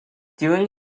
during